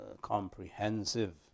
comprehensive